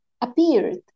appeared